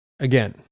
Again